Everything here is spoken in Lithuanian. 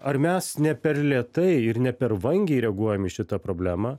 ar mes ne per lėtai ir ne per vangiai reaguojam į šitą problemą